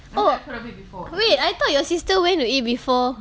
oh wait I thought your sister went to eat before